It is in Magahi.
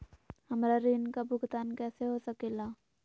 हमरा ऋण का भुगतान कैसे हो सके ला?